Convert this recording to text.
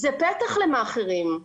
זה פתח למאכערים.